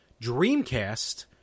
Dreamcast